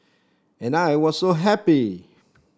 and I was so happy